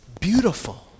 beautiful